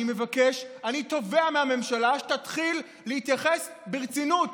אני תובע מהממשלה שתתחיל להתייחס ברצינות